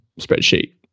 spreadsheet